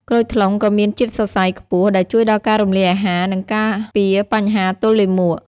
ក្រូចថ្លុងក៏មានជាតិសរសៃ ខ្ពស់ ដែលជួយដល់ការរំលាយអាហារ និងការពារបញ្ហាទល់លាមក។